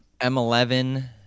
M11